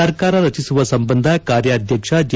ಸರ್ಕಾರ ರಚಿಸುವ ಸಂಬಂಧ ಕಾರ್ಯಾಧ್ವಕ್ಷ ಜೆ